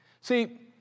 See